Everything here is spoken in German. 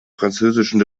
französischen